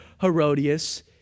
Herodias